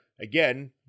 again